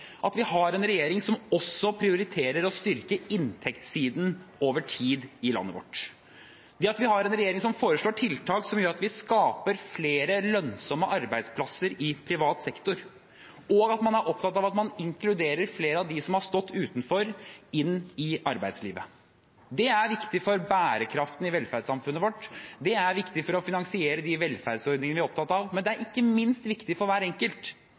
at vi har en regjering som også prioriterer å styrke inntektssiden i landet vårt over tid, at vi har en regjering som foreslår tiltak som gjør at vi skaper flere lønnsomme arbeidsplasser i privat sektor, og at man er opptatt av at man inkluderer flere av dem som har stått utenfor, inn i arbeidslivet. Det er viktig for bærekraften i velferdssamfunnet vårt, det er viktig for å finansiere de velferdsordningene vi er opptatt av, men det er ikke minst viktig for hver enkelt